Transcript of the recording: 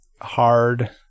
hard